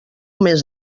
mes